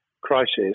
crisis